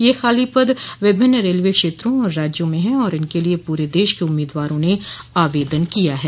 ये खाली पद विभिन्न रेलवे क्षेत्रों और राज्यों में हैं और इनके लिए पूरे देश के उम्मीदवारों ने आवेदन किया है